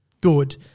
good